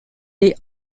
les